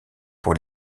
pour